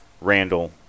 Randall